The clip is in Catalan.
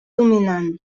dominant